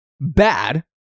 bad